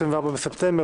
24 בספטמבר,